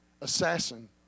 assassin